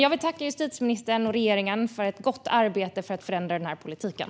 Jag vill tacka justitieministern och regeringen för ett gott arbete för att förändra den här politiken.